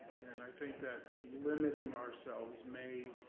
and i think that limiting ourselves may,